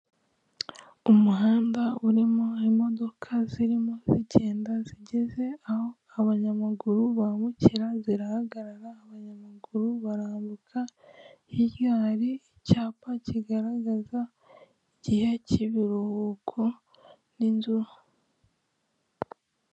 Umuhanda urimo imodoka zirimo zigenda zigeze aho abanyamaguru bambukira zirahagarara abanyamaguru bakambuka hirya hari icyapa kigaragaza igihe k'ibiruhuko n'inzu.